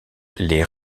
les